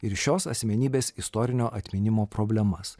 ir šios asmenybės istorinio atminimo problemas